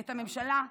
את הממשלה,